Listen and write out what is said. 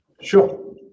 sure